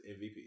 MVP